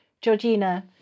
Georgina